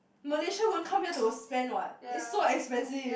Malaysian won't come here to spend what it's so expensive